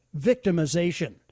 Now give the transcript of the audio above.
victimization